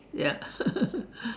ya